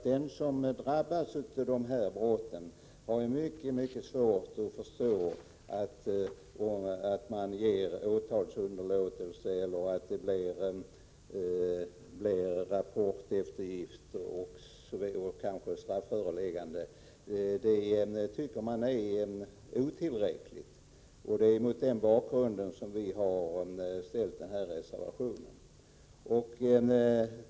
Den som drabbas av dessa brott har som sagt mycket svårt att förstå att man ger åtalsunderlåtelse eller att det blir rapporteftergift eller kanske strafföreläggande. Man tycker att detta är otillräckligt. Det är mot denna bakgrund som vi har reserverat oss.